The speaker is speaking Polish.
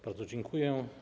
Bardzo dziękuję.